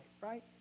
right